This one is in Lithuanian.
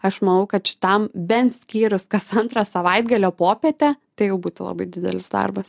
aš manau kad šitam bent skyrus kas antrą savaitgalio popietę tai jau būtų labai didelis darbas